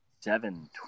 seven